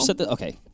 Okay